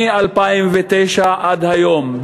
מ-2009 עד היום,